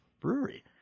brewery